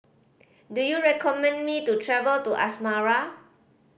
do you recommend me to travel to Asmara